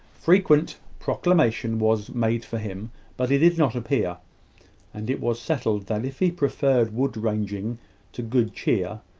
frequent proclamation was made for him but he did not appear and it was settled that if he preferred wood-ranging to good cheer,